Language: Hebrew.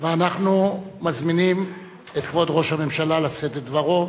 אנחנו מזמינים את כבוד ראש הממשלה לשאת את דברו,